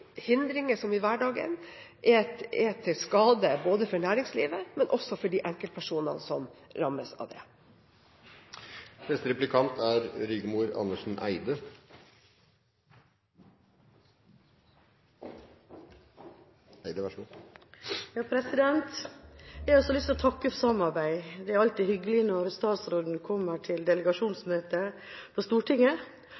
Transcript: hindringer som i hverdagen er til skade for næringslivet, men også for de enkeltpersonene som rammes av det. Jeg har også lyst til å takke for samarbeidet. Det er alltid hyggelig når statsråden kommer til